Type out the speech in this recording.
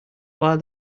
while